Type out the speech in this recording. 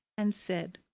and said,